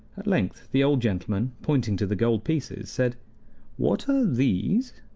at length the old gentleman, pointing to the gold pieces, said what are these?